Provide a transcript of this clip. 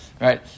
right